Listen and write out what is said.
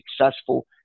successful